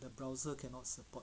the browser cannot support